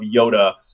Yoda